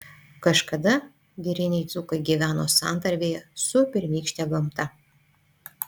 kažkada giriniai dzūkai gyveno santarvėje su pirmykšte gamta